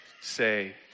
say